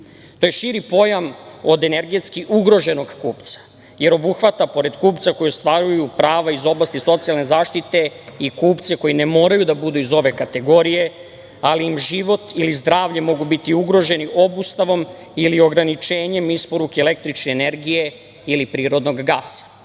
To je širi pojam od energetski ugroženog kupca, jer obuhvata pored kupca koji ostvaruju prava iz oblasti socijalne zaštite i kupce koji ne moraju da budu iz ove kategorije, ali im život i zdravlje mogu biti ugroženi obustavom ili ograničenjem isporuke električne energije ili prirodnog gasa.